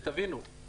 שתבינו,